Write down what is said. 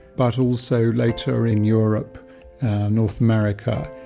but also later in europe and north america,